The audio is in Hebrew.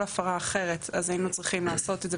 הפרה אחרת אז היינו צריכים לעשות את זה,